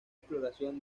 exploración